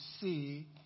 see